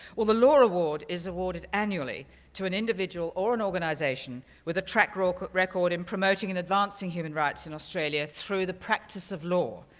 well, the loar award is awarded annually to an individual or an organization with a track record record in promoting and advancing human rights in australia through the practice of law.